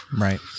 Right